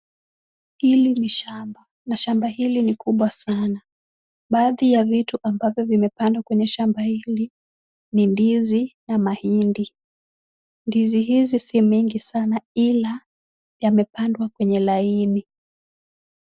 Hili ni shamba na shamba hili ni kubwa sana. Baadhi ya vitu ambavyo vimepandwa kwenye shamba hili ni ndizi na mahindi. Ndizi hizi si mingi sana ila yamepandwa kwenye laini.